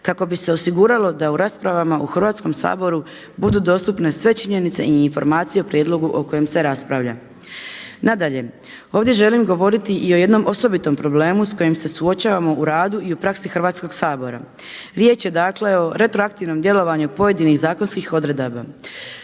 kako bi se osiguralo da u raspravama u Hrvatskom saboru budu dostupne sve činjenice i informacije o prijedlogu o kojem se raspravlja. Nadalje, ovdje želim govoriti i o jednom osobitom problemu sa kojim se suočavamo u radu i u praksi Hrvatskog sabora. Riječ je dakle o retroaktivnom djelovanju pojedinih zakonskih odredaba.